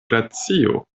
glacio